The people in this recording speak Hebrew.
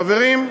חברים,